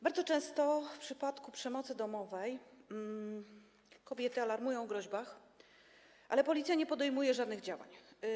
Bardzo często w przypadku przemocy domowej kobiety alarmują o groźbach, ale Policja nie podejmuje żadnych działań.